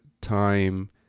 time